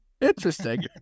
interesting